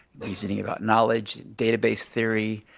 reasoning about knowledge, database theory,